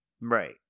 Right